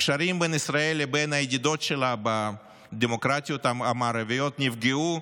הקשרים בין ישראל לבין הידידות שלה בדמוקרטיות המערביות נפגעו,